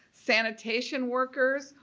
sanitation workers,